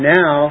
now